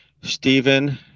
Stephen